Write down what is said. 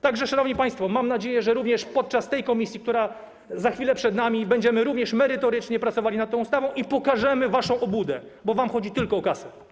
Tak że, szanowni państwo, mam nadzieję, że również podczas posiedzenia tej komisji, które za chwilę przed nami, będziemy merytorycznie pracowali nad tą ustawą i pokażemy waszą obłudę, bo wam chodzi tylko o kasę.